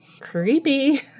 Creepy